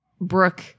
Brooke